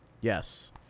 Yes